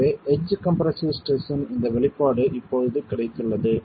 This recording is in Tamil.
எனவே எட்ஜ் கம்ப்ரசிவ் ஸ்ட்ரெஸ் இன் இந்த வெளிப்பாடு இப்போது கிடைத்துள்ளது